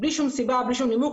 בלי שום סיבה ובלי שום נימוק,